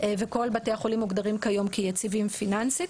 וכל בתי החולים מוגדרים כיום כיציבים פיננסית.